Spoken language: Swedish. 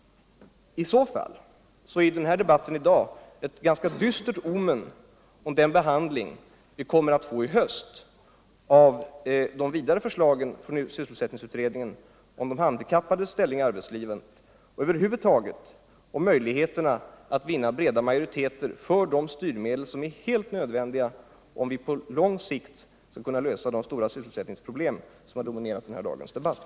Dagens debatt är ett ganska dystert omen för behandlingen av sysselsättningsutredningens förslag i höst om de handikappades ställning i arbetslivet och över huvud taget för möjligheterna att vinna bred majoritet för de styrmedel, som är helt nödvändiga om vi på lång sikt skall kunna lösa de stora sysselsättningsproblem som dominerat dagens debatt.